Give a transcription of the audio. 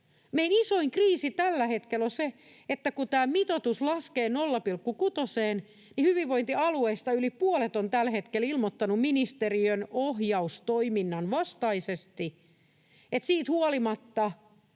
Meidän isoin kriisi tällä hetkellä on se, että kun tämä mitoitus laskee 0,6:een, niin hyvinvointialueista yli puolet on tällä hetkellä ilmoittanut ministeriön ohjaustoiminnan vastaisesti, että siitä huolimatta,